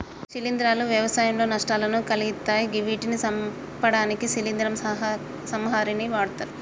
శిలీంద్రాలు వ్యవసాయంలో నష్టాలను కలిగిత్తయ్ గివ్విటిని సంపడానికి శిలీంద్ర సంహారిణిని వాడ్తరు